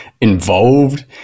involved